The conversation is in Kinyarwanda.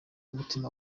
umutima